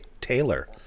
Taylor